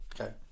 Okay